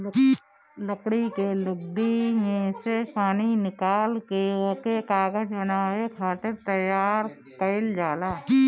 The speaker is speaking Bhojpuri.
लकड़ी के लुगदी में से पानी निकाल के ओके कागज बनावे खातिर तैयार कइल जाला